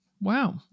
wow